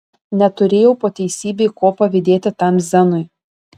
neturėjau po teisybei ko pavydėti tam zenui